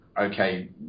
okay